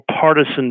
partisan